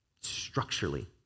structurally